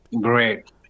great